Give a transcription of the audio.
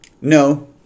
No